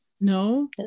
No